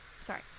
Sorry